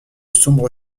sombre